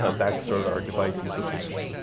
ah back to sort of our device ecosystem.